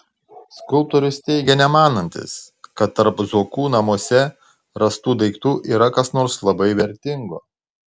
skulptorius teigia nemanantis kad tarp zuokų namuose rastų daiktų yra kas nors labai vertingo